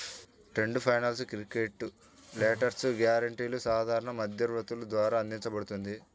trade finance credit letters, గ్యారెంటీలు సాధారణ మధ్యవర్తుల ద్వారా అందించబడుతుంది